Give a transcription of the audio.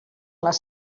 les